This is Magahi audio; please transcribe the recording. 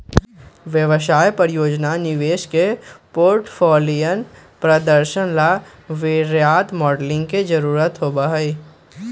व्यवसाय, परियोजना, निवेश के पोर्टफोलियन के प्रदर्शन ला वित्तीय मॉडलिंग के जरुरत होबा हई